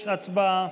6. הצבעה.